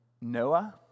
Noah